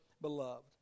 beloved